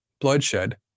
bloodshed